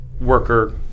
worker